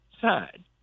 side